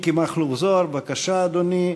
מכלוף מיקי זוהר, בבקשה, אדוני.